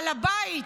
על הבית,